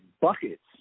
buckets